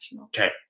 Okay